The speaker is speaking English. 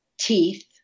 teeth